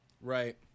Right